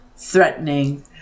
threatening